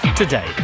Today